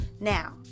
Now